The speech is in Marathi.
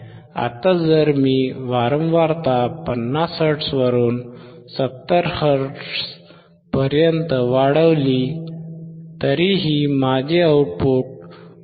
आता जर मी वारंवारता 50 हर्ट्झवरून 70 हर्ट्झपर्यंत वाढवली तरीही माझे आउटपुट 2